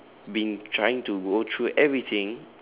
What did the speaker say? been trying to go through everything